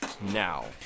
Now